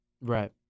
Right